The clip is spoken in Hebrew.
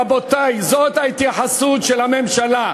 רבותי, זאת ההתייחסות של הממשלה.